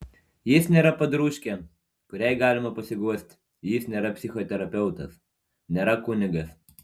jis nėra padrūžkė kuriai galima pasiguosti jis nėra psichoterapeutas nėra kunigas